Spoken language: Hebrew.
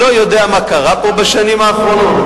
לא יודע מה קרה פה בשנים האחרונות?